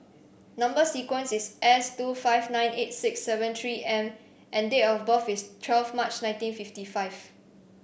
number sequence is S two five nine eight six seven three M and date of birth is twelve March nineteen fifty five